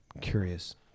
curious